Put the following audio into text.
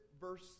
verse